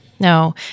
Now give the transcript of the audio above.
No